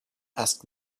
asked